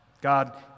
God